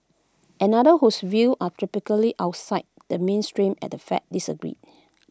another whose view are typically outside the mainstream at the fed disagreed